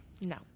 No